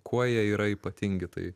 kuo jie yra ypatingi tai